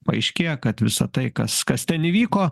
aiškėja kad visa tai kas kas ten įvyko